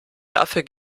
dafür